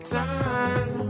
time